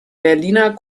berliner